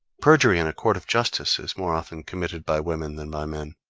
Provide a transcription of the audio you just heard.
perjury in a court of justice is more often committed by women than by men.